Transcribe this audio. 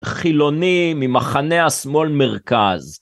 חילוני ממחנה השמאל מרכז.